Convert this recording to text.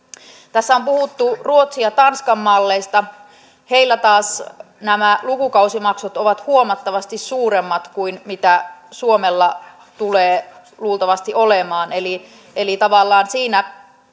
tässä on puhuttu ruotsin ja tanskan malleista siellä taas nämä lukukausimaksut ovat huomattavasti suuremmat kuin suomella tulee luultavasti olemaan eli eli tavallaan siinä